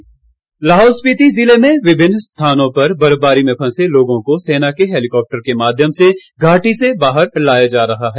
rescue Lahaul Spiti जिले में विभिन्न स्थानों पर बर्फबारी में फंसे लोगों को सेना के हैलीकॉप्टर के माध्यम से घाटी से बाहर लाया जा रहा है